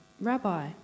Rabbi